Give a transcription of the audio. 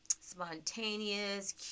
spontaneous